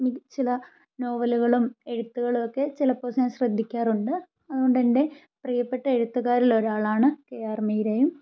ചില നോവലുകളും എഴുത്തുകളും ഒക്കെ ചിലപ്പോൾ ഞാൻ ശ്രദ്ധിക്കാറുണ്ട് അതുകൊണ്ട് എന്റെ പ്രിയപ്പെട്ട എഴുത്തുകാരിലൊരാളാണ് കെ ആർ മീരയും